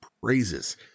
praises